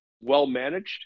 well-managed